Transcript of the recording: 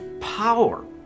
power